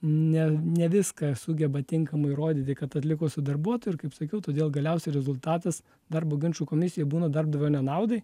ne ne viską sugeba tinkamai įrodyti kad atliko su darbuotoju ir kaip sakiau todėl galiausiai rezultatas darbo ginčų komisijoj būna darbdavio nenaudai